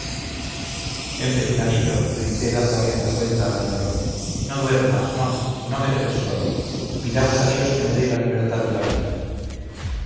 vivir empecinadillo grité dando rienda suelta a mi dolor no duermas no no me dejes solo pidamos a dios que me dé la libertad y la vida